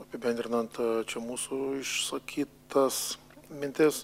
apibendrinant čia mūsų išsakytas mintis